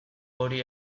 hori